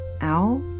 Owl